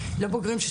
לא בוגרים,